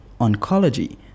oncology